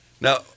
Now